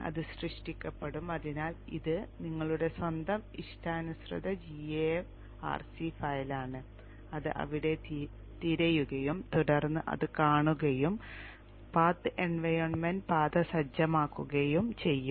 അത് സൃഷ്ടിക്കപ്പെടും അതിനാൽ ഇത് നിങ്ങളുടെ സ്വന്തം ഇഷ്ടാനുസൃത gaf rc ഫയലാണ് അത് അവിടെ തിരയുകയും തുടർന്ന് ഇത് കാണുകയും പാത്ത് എൻവയോൺമെന്റ് പാത സജ്ജമാക്കുകയും ചെയ്യും